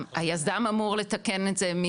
היזם אמור לתקן את זה.